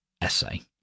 essay